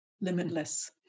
limitless